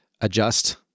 adjust